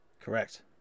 correct